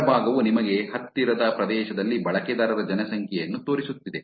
ಎಡಭಾಗವು ನಿಮಗೆ ಹತ್ತಿರದ ಪ್ರದೇಶದಲ್ಲಿ ಬಳಕೆದಾರರ ಜನಸಂಖ್ಯೆಯನ್ನು ತೋರಿಸುತ್ತಿದೆ